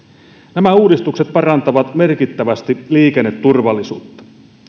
nämä uudistukset parantavat merkittävästi liikenneturvallisuutta